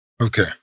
Okay